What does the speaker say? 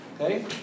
okay